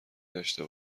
داشته